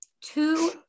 two